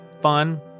fun